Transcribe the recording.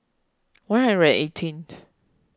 one hundred and eighteenth